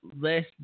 less